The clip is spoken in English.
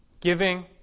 giving